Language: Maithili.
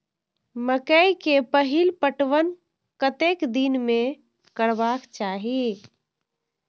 मकेय के पहिल पटवन कतेक दिन में करबाक चाही?